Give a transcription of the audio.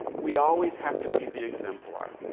we always have to be the exemplar.